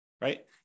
right